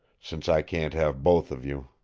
since i can't have both of you.